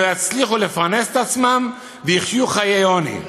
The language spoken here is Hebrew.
לא יצליחו לפרנס את עצמם ויחיו חיי עוני.